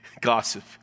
gossip